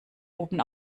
oben